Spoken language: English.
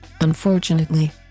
unfortunately